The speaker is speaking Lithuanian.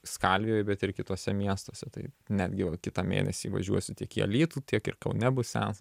skalvijoj bet ir kituose miestuose tai netgi va kitą mėnesį važiuosiu tiek į alytų tiek ir kaune bus seansas